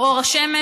הוא אור השמש,